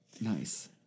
Nice